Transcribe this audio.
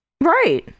Right